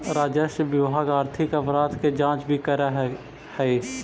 राजस्व विभाग आर्थिक अपराध के जांच भी करऽ हई